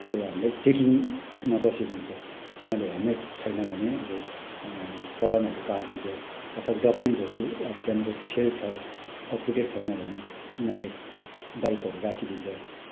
त्यो हामीलाई चेकिङमा बसेको हुन्छ उनीहरूले हेल्मेट छैन भने अब चलानहरू काटिदिन्छ अथवा डकुमेन्ट्सहरू अब त्यहाँनिर फेल छ अपटुडेट छैन भने उनीहरूले बाइकहरू राखिदिन्छ